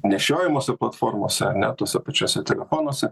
nešiojamose platformose ar ne tuose pačiuose telefonuose